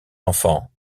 enfant